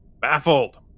baffled